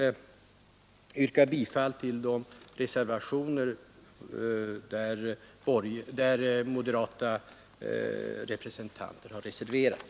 Jag yrkar bifall till de reservationer där moderata representanters namn återfinns.